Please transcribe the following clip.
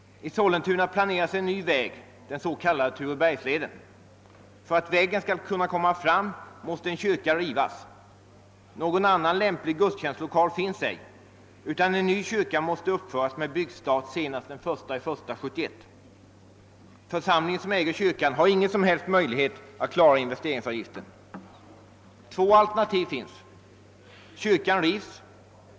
I Sollentuna planeras en ny väg, den s.k. Turebergsleden. För att vägen skall kunna komma fram måste en kyrka rivas. Någon annan lämplig gudstjänstlokal finns ej, utan en ny kyrka måste uppföras, med byggstart senast den 1 januari 1971. Församlingen som äger kyrkan har ingen som helst möjlighet att klara investeringsavgiften. Två alternativ finns att välja på. Det ena är att kyrkan rivs.